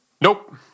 Nope